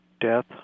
Death